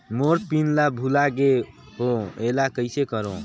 मोर PIN ला भुला गे हो एला कइसे करो?